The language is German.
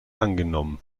angenommen